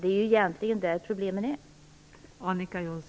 Det är ju egentligen där problemen finns.